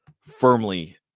firmly